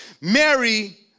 Mary